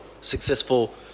successful